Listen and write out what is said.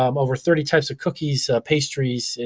um over thirty types of cookies, pastries,